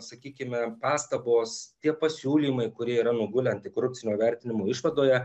sakykime pastabos tie pasiūlymai kurie yra nugulę antikorupcinio vertinimo išvadoje